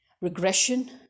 regression